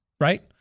Right